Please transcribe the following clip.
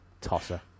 Tosser